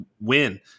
win